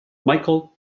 michel